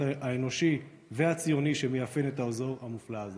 האנושי והציוני שמאפיין את האזור המופלא הזה.